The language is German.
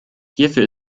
hierfür